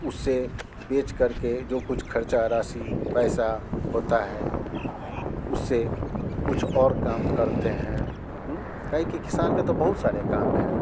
उसे बेच करके जो कुछ खर्चा राशि पैसा होता है उससे कुछ और काम करते हैं काहे कि किसान का तो बहुत सारे काम हैं